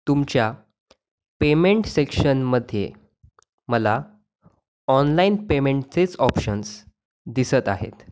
तुमच्या पेमेंट सेक्शनमध्ये मला ऑनलाइन पेमेंटचेच ऑप्शन्स दिसत आहेत